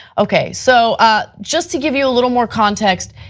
okay, so ah just to give you a little more context,